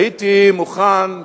הייתי מוכן,